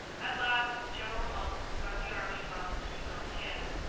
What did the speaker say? at last, general monk got the army well into his own hands,